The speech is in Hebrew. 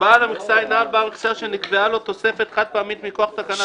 "בעל המכסה הינו בעל המכסה שנקבעה לו תוספת חד פעמית מכוח תקנה